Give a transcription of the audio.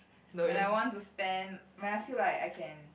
when I want to spend when I feel like I can